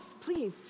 please